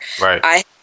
right